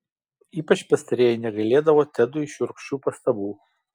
ypač pastarieji negailėdavo tedui šiurkščių pastabų